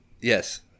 Yes